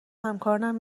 همکارانم